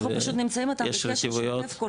אנחנו פשוט נמצאים בקשר שוטף,